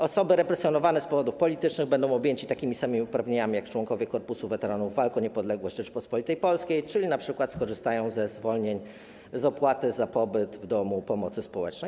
Osoby represjonowane z powodów politycznych będą objęte takimi samymi uprawnieniami jak członkowie Korpusu Weteranów Walk o Niepodległość Rzeczypospolitej Polskiej, czyli np. skorzystają ze zwolnień z opłaty za pobyt w domu pomocy społecznej.